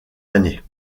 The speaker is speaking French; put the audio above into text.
l’année